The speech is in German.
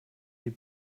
die